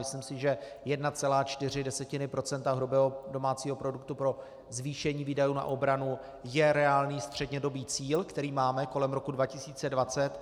Myslím si, že 1,4 % hrubého domácího produktu pro zvýšení výdajů na obranu je reálný střednědobý cíl, který máme kolem roku 2020.